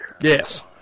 Yes